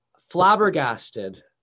flabbergasted